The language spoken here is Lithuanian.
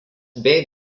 bei